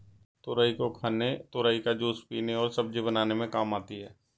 तुरई को खाने तुरई का जूस पीने और सब्जी बनाने में काम आती है